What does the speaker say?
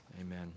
Amen